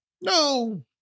No